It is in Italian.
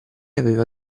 aveva